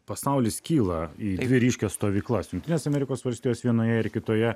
pasaulis skyla į dvi ryškias stovyklas jungtinės amerikos valstijos vienoje ir kitoje